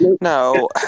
No